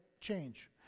change